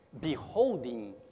beholding